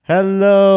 Hello